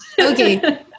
okay